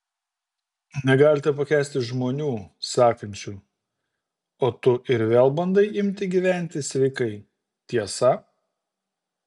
negalite pakęsti žmonių sakančių o tu ir vėl bandai imti gyventi sveikai tiesa